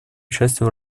участие